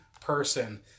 person